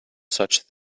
such